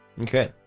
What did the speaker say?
Okay